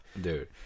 Dude